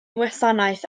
wasanaeth